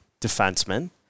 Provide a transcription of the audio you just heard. defenseman